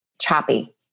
choppy